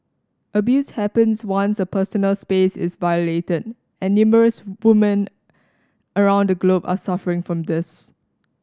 abuse happens once a personal space is violated and numerous women around the globe are suffering from this